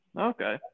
okay